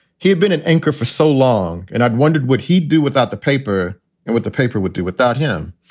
he'd been an anchor for so long and i'd wondered what he'd do without the paper and what the paper would do without him.